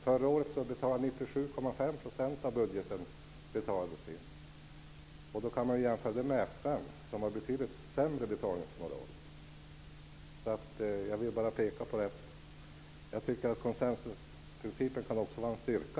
Förra året betalades 97,5 % av budgeten in, och det kan man jämföra med FN, där betalningsmoralen är betydligt sämre. Jag vill bara peka på att jag tycker att konsensusprincipen också kan vara en styrka.